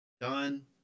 Done